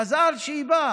מזל שהיא באה.